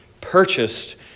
purchased